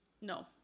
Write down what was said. No